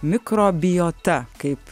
mikrobiota kaip